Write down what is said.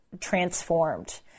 transformed